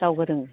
दावबोदों